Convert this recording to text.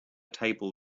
table